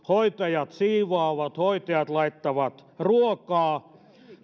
hoitajat siivoavat hoitajat laittavat ruokaa